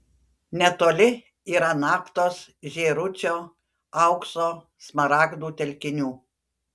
netoli yra naftos žėručio aukso smaragdų telkinių